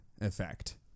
effect